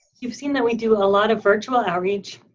you've seen that we do a lot of virtual outreach.